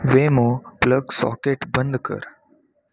वेमो plug socket बंद कर